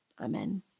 Amen